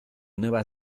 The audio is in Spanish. nueva